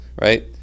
right